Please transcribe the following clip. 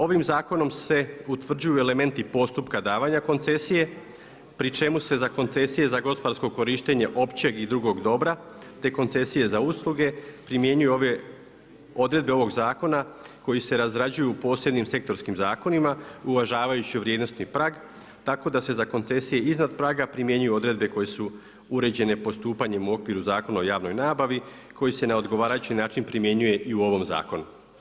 Ovim zakonom se utvrđuju elementi postupka davanja koncesije, pri čemu se za koncesije za gospodarsko korištenje općeg i drugog dobra te koncesije za usluge primjenjuju odredbe ovog zakona koji se razrađuju u posebnim sektorskim zakonima uvažavajući vrijednosni prag, tako da se za koncesije iznad praga primjenjuju odredbe koje su uređene postupanjem u okviru Zakona o javnoj nabavi koji se na odgovarajući način primjenjuje i u ovom zakonu.